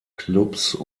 clubs